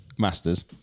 Masters